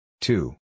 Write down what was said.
Two